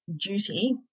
duty